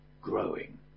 growing